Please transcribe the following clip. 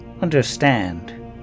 understand